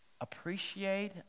appreciate